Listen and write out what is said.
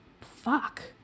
Fuck